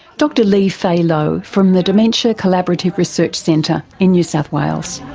dr lee fay low from the dementia collaborative research centre in new south wales.